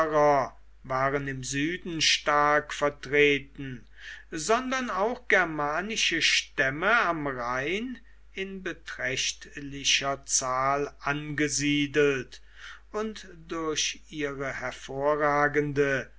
waren im süden stark vertreten sondern auch germanische stämme am rhein in beträchtlicher zahl angesiedelt und durch ihre hervorragende